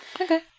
Okay